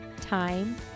time